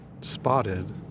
spotted